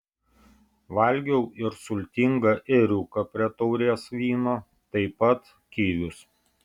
valgiau ir sultingą ėriuką prie taurės vyno taip pat kivius